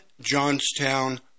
Johnstown